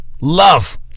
Love